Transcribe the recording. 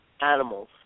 animals